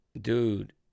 Dude